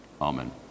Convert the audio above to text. Amen